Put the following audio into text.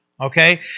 Okay